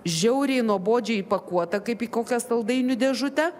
žiauriai nuobodžiai įpakuota kaip į kokią saldainių dėžutę